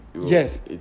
Yes